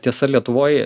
tiesa lietuvoj